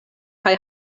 kaj